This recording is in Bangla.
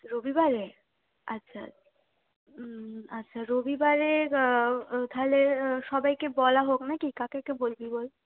রবিবারে আচ্ছা আচ্ছা রবিবারে তাহলে সবাইকে বলা হোক না কি কাকে কাকে বলবি বল